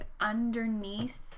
underneath